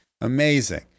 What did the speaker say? Amazing